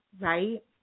right